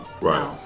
Right